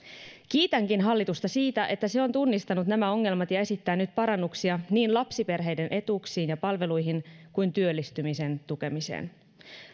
kiitänkin hallitusta siitä että se on tunnistanut nämä ongelmat ja esittää nyt parannuksia niin lapsiperheiden etuuksiin ja palveluihin kuin työllistymisen tukemiseen